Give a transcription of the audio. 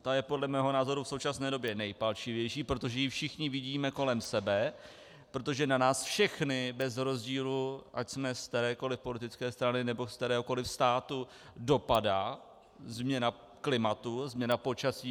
Ta je podle mého názoru v současné době nejpalčivější, protože ji všichni vidíme kolem sebe, protože na nás všechny bez rozdílu, ať jsme z kterékoli politické strany nebo z kteréhokoli státu, dopadá změna klimatu, změna počasí.